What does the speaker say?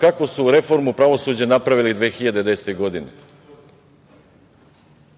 kakvu su reformu pravosuđa napravili 2010. godine.